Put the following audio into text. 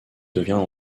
devient